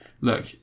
Look